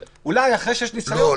אולי אחרי שיש ניסיון --- לא.